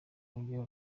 urugero